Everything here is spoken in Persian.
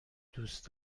دوست